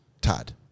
Todd